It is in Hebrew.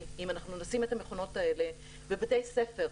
אם אנחנו נשים את המכונות האלה בבתי ספר,